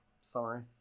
summary